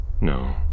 ...no